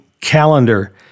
calendar